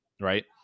right